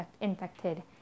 infected